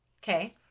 Okay